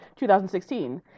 2016